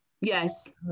Yes